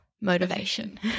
Motivation